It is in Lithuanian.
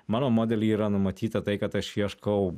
mano modely yra numatyta tai kad aš ieškau